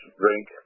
drink